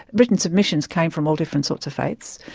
written submissions came from all different sorts of faiths,